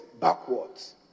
backwards